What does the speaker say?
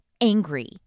angry